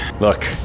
Look